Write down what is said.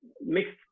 mixed